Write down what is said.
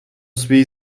свій